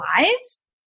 lives